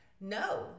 no